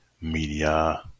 media